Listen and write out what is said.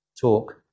talk